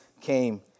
came